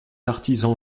artisan